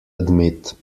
admit